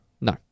No